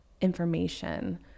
information